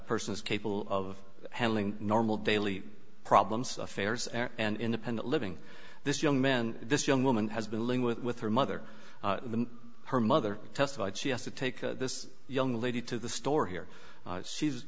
person is capable of handling normal daily problems affairs and independent living this young man this young woman has been ling with her mother her mother testified she has to take this young lady to the store here